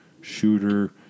Shooter